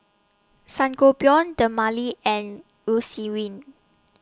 Sangobion Dermale and Eucerin